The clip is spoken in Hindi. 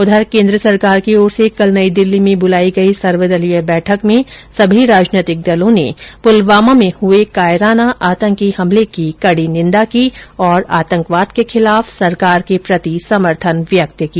उधर केन्द्र सरकार की ओर से कल नई दिल्ली में बुलाई गई सर्वदलीय बैठक में सभी राजनैतिक दलों ने पुलवामा में हुए कायराना आतंकी हमले की कड़ी निंदा की और आतंकवाद के खिलाफ सरकार के प्रति समर्थन व्यक्त किया